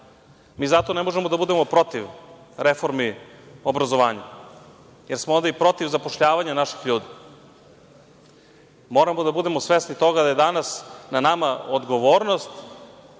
Zato ne možemo da budemo protiv reformi obrazovanja, jer smo onda i protiv zapošljavanja naših ljudi. Moramo da budemo svesni toga da je danas na nama odgovornost